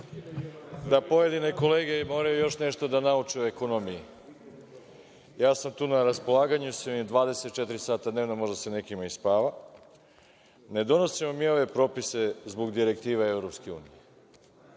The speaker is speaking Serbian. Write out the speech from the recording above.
da pojedine kolege moraju još nešto da nauče o ekonomiji. Ja sam tu, na raspolaganju sam im 24 sata dnevno. Možda se nekima i spava. Ne donosimo mi ove propise zbog direktive EU,